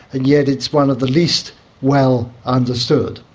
and yet it's one of the least well understood.